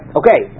okay